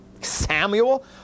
Samuel